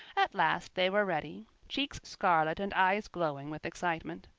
at last they were ready, cheeks scarlet and eyes glowing with excitement.